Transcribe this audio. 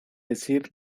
decir